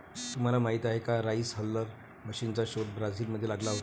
तुम्हाला माहीत आहे का राइस हलर मशीनचा शोध ब्राझील मध्ये लागला होता